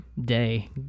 day